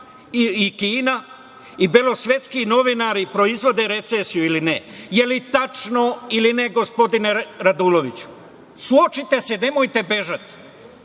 i Kina i belosvetski novinari proizvodi recesiju“ ili ne? Da li je tačno, gospodine Raduloviću? Suočite se, nemojte bežati. Da